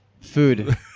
Food